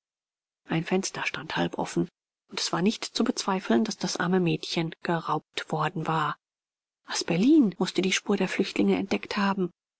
ein fenster stand halb offen und es war nicht zu bezweifeln daß das arme mädchen geraubt worden war asperlin mußte die spur der flüchtlinge entdeckt haben